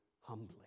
humbly